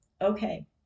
okay